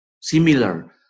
similar